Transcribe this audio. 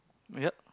yep